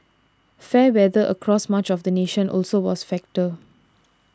fair weather across much of the nation also was factor